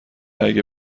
اگه